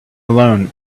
alone